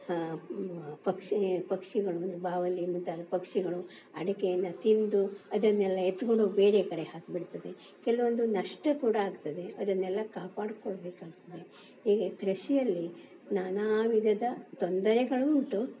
ಪಕ್ಷಿ ಪಕ್ಷಿಗಳು ಬಾವಲಿ ಮತ್ತು ಅದು ಪಕ್ಷಿಗಳು ಅಡಿಕೆನ ತಿಂದು ಅದನ್ನೆಲ್ಲ ಎತ್ತಿಕೊಂಡು ಬೇರೆ ಕಡೆ ಹಾಕಿಬಿಡ್ತದೆ ಕೆಲವೊಂದು ನಷ್ಟ ಕೂಡ ಆಗ್ತದೆ ಅದನ್ನೆಲ್ಲ ಕಾಪಾಡಿಕೊಳ್ಬೇಕಾಗ್ತದೆ ಹೀಗೆ ಕೃಷಿಯಲ್ಲಿ ನಾನಾ ವಿಧದ ತೊಂದರೆಗಳು ಉಂಟು